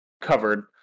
covered